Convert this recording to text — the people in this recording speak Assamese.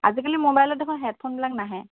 আজিকালি মোবাইলত দেখোন হেডফোনবিলাক নাহে